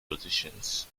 positions